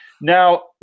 now